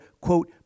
quote